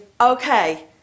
okay